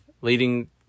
leading